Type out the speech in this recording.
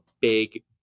big